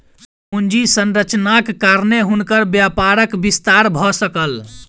पूंजी संरचनाक कारणेँ हुनकर व्यापारक विस्तार भ सकल